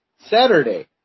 Saturday